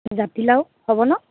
জাতিলাও হ'ব ন